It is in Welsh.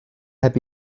heb